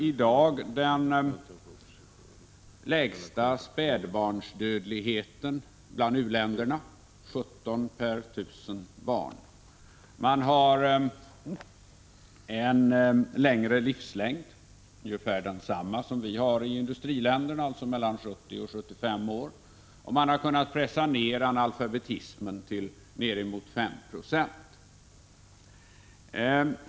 i dag den lägsta spädbarnsdödligheten bland u-länderna — 17 per 1 000 barn. Man har en längre livslängd — ungefär densamma som vi har i industriländerna, alltså mellan 70 och 75 år. Man har kunnat pressa ned analfabetismen till något över 5 96.